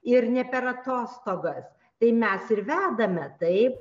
ir ne per atostogas tai mes ir vedame taip